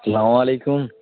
سلام علیکم